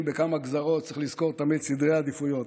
בכמה גזרות צריך לזכור תמיד סדרי עדיפויות.